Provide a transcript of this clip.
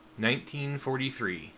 1943